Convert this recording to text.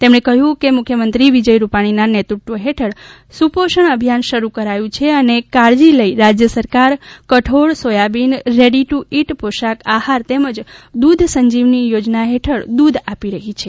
તેમણે કહ્યું કે મુખ્યમંત્રી વિજય રૂપાણીના નેતૃત્વ હેઠલ સુપોષણ અભિયાન શરૂ કરાયું છે અને કાળજી લઇ રાજય સરકાર કઠીળ સોયાબીન રેડી ટુ ઇટ પોષક આહાર તેમજ દૂધસંજીવની યોજના હેઠળ દૂધ આપી રહી છે